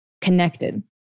connected